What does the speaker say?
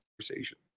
conversation